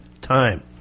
time